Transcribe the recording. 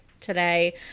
today